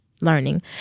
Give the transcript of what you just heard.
learning